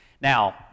Now